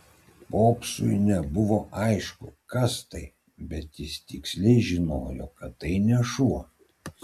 popsui nebuvo aišku kas tai bet jis tiksliai žinojo kad tai ne šuo